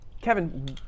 Kevin